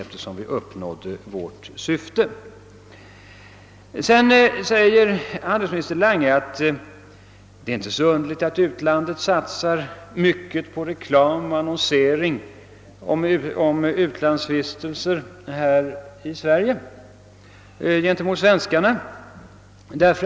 Handelsminister Lange sade vidare att det inte är så underligt att utlandet satsar mycket på reklam och annonsering för att locka svenska turister att resa utomlands.